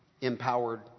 empowered